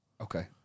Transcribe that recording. okay